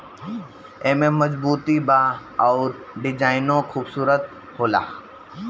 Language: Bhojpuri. एमे मजबूती बा अउर डिजाइनो खुबसूरत होला